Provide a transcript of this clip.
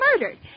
murdered